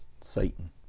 Satan